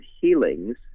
healings